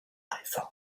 réforme